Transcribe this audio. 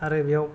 आरो बेयाव